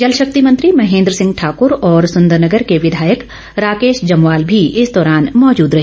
जलशक्ति मंत्री महेन्द्र सिंह ठाकुर और सुंदर नगर के विधायक राकेश जमवाल भी इस दौरान मौजूद रहे